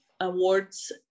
awards